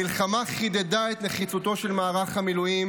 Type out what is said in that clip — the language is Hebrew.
המלחמה חידדה את נחיצותו של מערך המילואים